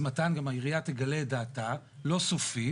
אז מתן, גם העירייה תגלה את דעתה, לא סופית.